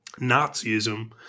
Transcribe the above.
Nazism